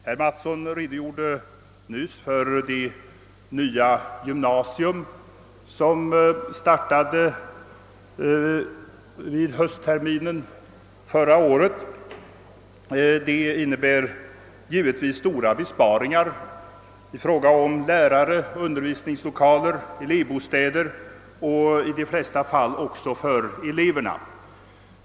Herr Mattsson redogjorde här för det nya gymnasium som startade vid höstterminen förra året. Det innebär: givetvis stora besparingar när det gäller lärare, undervisningslokaler och elevbostäder samt i de flesta fall också besparingar för eleverna själva.